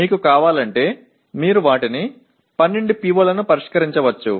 நீங்கள் நடைமுறையில் நீங்கள் விரும்பினால் அதில் உள்ள அனைத்து 12 P O